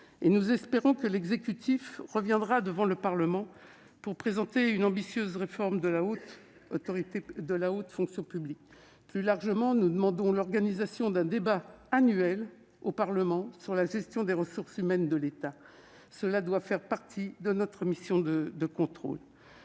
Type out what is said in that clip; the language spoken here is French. nous espérons que l'exécutif reviendra devant le Parlement pour présenter une ambitieuse réforme de la haute fonction publique. Plus largement, nous demandons l'organisation d'un débat annuel au Parlement sur la gestion des ressources humaines de l'État. Cela doit faire partie de notre mission de contrôle.